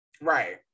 right